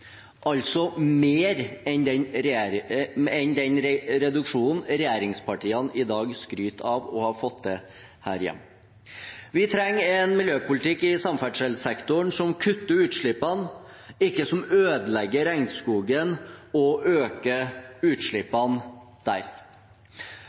enn den reduksjonen regjeringspartiene i dag skryter av å ha fått til her hjemme. Vi trenger en miljøpolitikk i samferdselssektoren som kutter utslippene, ikke en som ødelegger regnskogen og øker